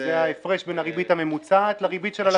זה ההפרש בין הריבית הממוצעת לריבית של הלקוח.